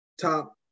top